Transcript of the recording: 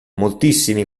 moltissimi